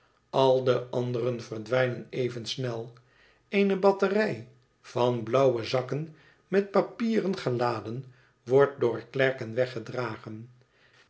al de anderen verdwijnen even snel eene batterij van blauwe zakken met papieren geladen wordt door klerken weggedragen